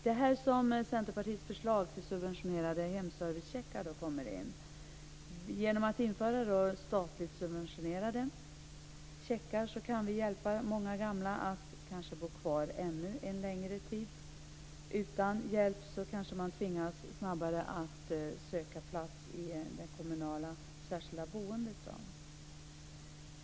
Det är här som Centerpartiets förslag till subventionerade hemservicecheckar kommer in. Genom att införa statligt subventionerade checkar kan vi hjälpa många gamla att kanske bo kvar ännu en längre tid. Utan hjälp kanske man snabbare tvingas söka plats i det kommunala särskilda boendet.